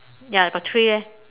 ya got three leh